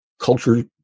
culture